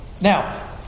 Now